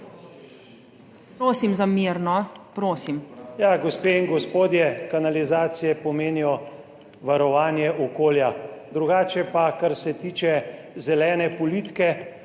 (PS Svoboda): Ja, gospe in gospodje, kanalizacije pomenijo varovanje okolja. Drugače pa, kar se tiče zelene politike,